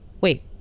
Wait